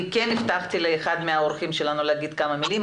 אני הבטחתי לאחד מהאורחים לומר כמה מילים,